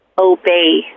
obey